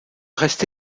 reste